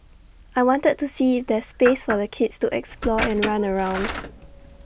I wanted to see if there's space for the kids to explore and run around